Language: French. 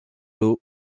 lot